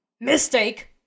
Mistake